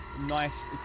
nice